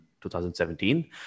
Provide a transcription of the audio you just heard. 2017